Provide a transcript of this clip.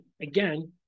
again